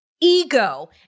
ego